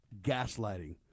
gaslighting